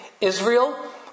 Israel